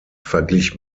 verglich